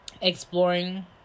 exploring